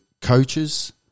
coaches